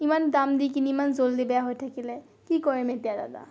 ইমান দাম দি কিনি ইমান জল্দি বেয়া হৈ থাকিলে কি কৰিম এতিয়া দাদা